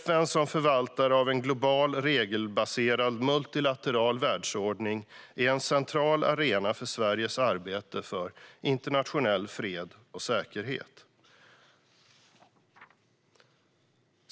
FN som förvaltare av en global regelbaserad multilateral världsordning är en central arena för Sveriges arbete för internationell fred och säkerhet.